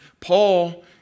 Paul